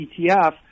ETF